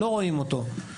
לא רואים אותו.